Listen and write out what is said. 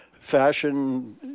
fashion